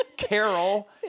Carol